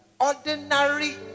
ordinary